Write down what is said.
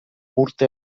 urte